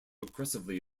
aggressively